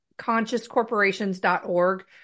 ConsciousCorporations.org